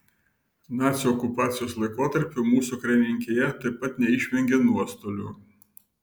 nacių okupacijos laikotarpiu mūsų karininkija taip pat neišvengė nuostolių